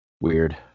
weird